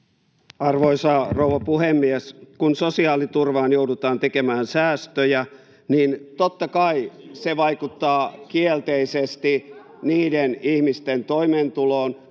Arvoisa rouva puhemies! Kun sosiaaliturvaan joudutaan tekemään säästöjä, [Kimmo Kiljunen: Miksi joudutaan?] niin totta kai se vaikuttaa kielteisesti niiden ihmisten toimeentuloon,